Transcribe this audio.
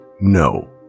no